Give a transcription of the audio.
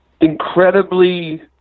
incredibly